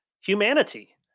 humanity